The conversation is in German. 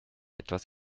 etwas